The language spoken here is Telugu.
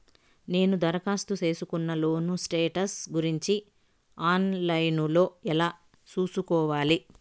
నేను దరఖాస్తు సేసుకున్న లోను స్టేటస్ గురించి ఆన్ లైను లో ఎలా సూసుకోవాలి?